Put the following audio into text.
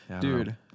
Dude